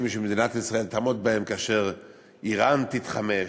שמדינת ישראל תעמוד בהם כאשר איראן תתחמש,